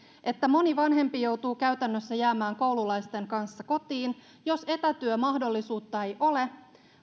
että moni vanhempi joutuu käytännössä jäämään koululaisten kanssa kotiin jos etätyömahdollisuutta ei ole